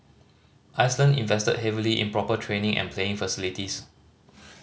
Iceland invested heavily in proper training and playing facilities